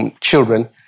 children